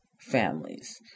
families